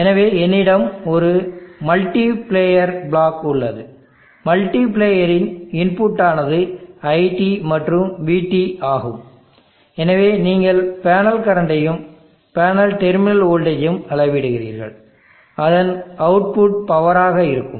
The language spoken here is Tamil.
எனவே என்னிடம் ஒரு மல்டி பிளேயர் பிளாக் உள்ளது மல்டி பிளேயரின் இன்புட் ஆனது iT மற்றும் vT ஆகும் எனவே நீங்கள் பேனல் கரண்டையும் பேனல் டெர்மினல் வோல்ட்டேஜெயும் அளவிடுகிறீர்கள் அதன் அவுட்புட் பவராக இருக்கும்